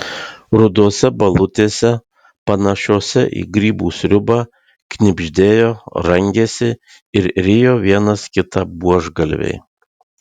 rudose balutėse panašiose į grybų sriubą knibždėjo rangėsi ir rijo vienas kitą buožgalviai